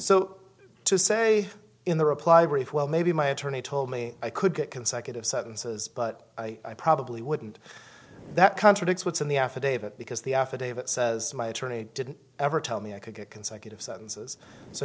so to say in the reply brief well maybe my attorney told me i could get consecutive sentences but i probably wouldn't that contradicts what's in the affidavit because the affidavit says my attorney didn't ever tell me i could get consecutive